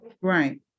Right